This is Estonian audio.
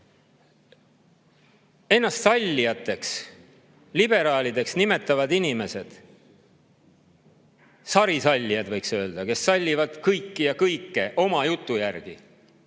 ennast sallijateks, liberaalideks nimetavad inimesed, sarisallijad, võiks öelda, kes sallivad kõiki ja kõike oma jutu järgi